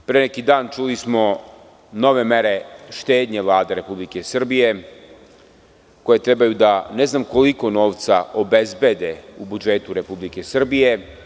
Pre neki dan čuli smo nove mere štednje Vlade Republike Srbije, koje trebaju da ne znam koliko novca obezbede u budžetu Republike Srbije.